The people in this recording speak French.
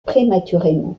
prématurément